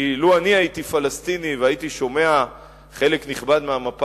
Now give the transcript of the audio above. כי לו אני הייתי פלסטיני והייתי שומע חלק נכבד מהמפה